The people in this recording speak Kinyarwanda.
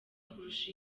kurusha